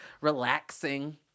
relaxing